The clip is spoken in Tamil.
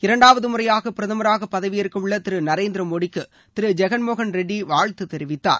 இரண்டாவது முறையாக பிரதமராக பதவியேற்கவுள்ள திரு நரேந்திரமோடிக்கு திரு ஜெகன் மோகன் ரெட்டி வாழ்த்து தெரிவித்தார்